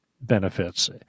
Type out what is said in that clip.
benefits